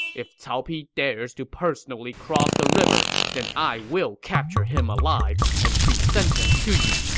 if cao pi dares to personally cross the river, then i will capture him alive and present him to you.